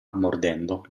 mordendo